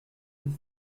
vous